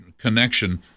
Connection